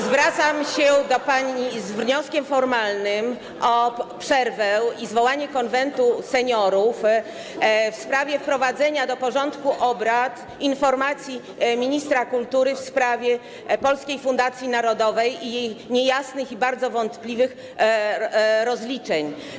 Zwracam się do pani z wnioskiem formalnym o przerwę i zwołanie Konwentu Seniorów w celu wprowadzenia do porządku obrad informacji ministra kultury dotyczącej Polskiej Fundacji Narodowej i jej niejasnych i bardzo wątpliwych rozliczeń.